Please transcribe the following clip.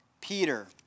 Peter